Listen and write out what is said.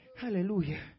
Hallelujah